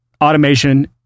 Automation